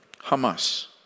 Hamas